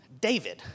David